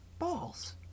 balls